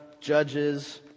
Judges